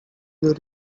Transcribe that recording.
you